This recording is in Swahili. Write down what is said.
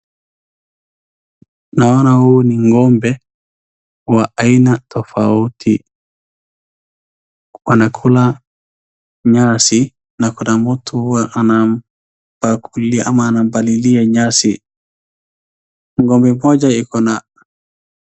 Naona hawa ni ng'ombe wa aina tofauti wanakula nyasi na kuna mtu huwa anapakulia ama anapalilia nyasi, ng'ombe moja iko na.